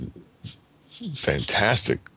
fantastic